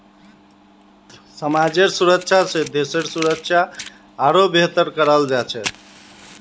समाजेर सुरक्षा स देशेर सुरक्षा आरोह बेहतर कराल जा छेक